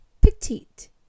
petite